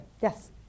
Yes